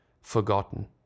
forgotten